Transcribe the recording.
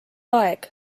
aeg